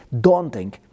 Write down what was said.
daunting